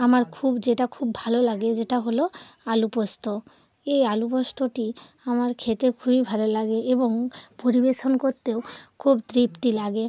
আমার খুব যেটা খুব ভালো লাগে যেটা হল আলু পোস্ত এই আলু পোস্তটি আমার খেতে খুবই ভালো লাগে এবং পরিবেশন করতেও খুব তৃপ্তি লাগে